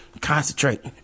Concentrate